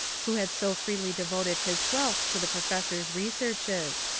who had so freely devoted his wealth to the professor's researches.